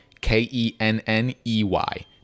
K-E-N-N-E-Y